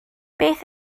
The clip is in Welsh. beth